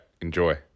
enjoy